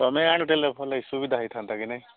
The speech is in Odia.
ତୁମେ ଭଲ ସୁବିଧା ହୋଇଥାନ୍ତା କି ନାଇ